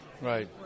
Right